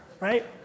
right